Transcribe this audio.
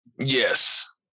Yes